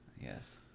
Yes